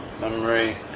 memory